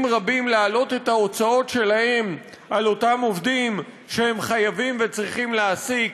רבים להעלות את ההוצאות שלהם על אותם עובדים שהם חייבים וצריכים להעסיק